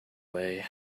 way